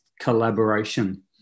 collaboration